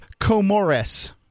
Comores